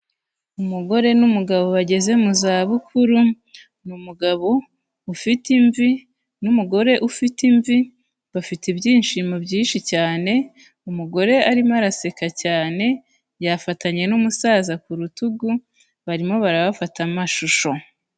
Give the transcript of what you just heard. Umugore n'umugabo bageze mu zabukuru, ni umugabo ufite imvi n'umugore ufite imvi, bafite ibyishimo byinshi cyane, umugore arimo araseka cyane, yafatanye n'umusaza ku rutugu, barimo barabafata amashusho.